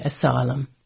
asylum